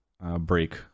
break